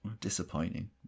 disappointing